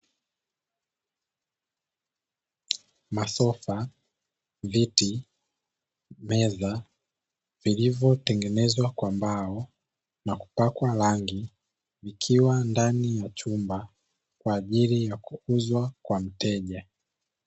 Masofa, viti, meza, vilivyotengenezwa kwa mbao na kupakwa rangi, vikiwa ndani ya chumba kwa ajili ya kuuzwa kwa mteja.